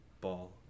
ball